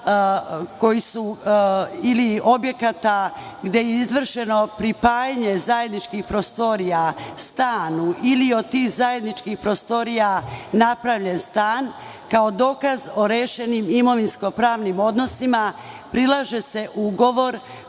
nadzidani ili objekata gde je izvršeno pripajanje zajedničkih prostorija stanu ili od tih zajedničkih prostorija napravljen stan kao dokaz o rešenim imovinsko-pravnim odnosima, prilaže se ugovor